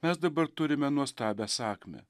mes dabar turime nuostabią sakmę